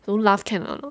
don't laugh can or not